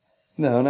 no